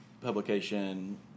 publication